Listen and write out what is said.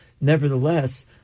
Nevertheless